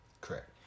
Correct